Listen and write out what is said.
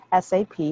SAP